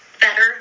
better